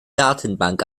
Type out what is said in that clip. datenbank